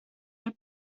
heb